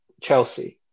Chelsea